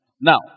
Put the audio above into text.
Now